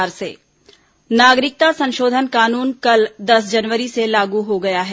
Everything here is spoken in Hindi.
सीएए अधिसूचना नागरिकता संशोधन कानून कल दस जनवरी से लागू हो गया है